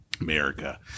America